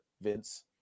Vince